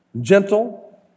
gentle